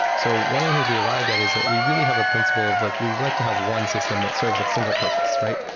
so one of the things we arrived at is that we really have a principle of like we would like to have one system that serves a single-purpose, right?